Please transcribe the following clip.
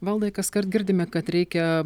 valdai kaskart girdime kad reikia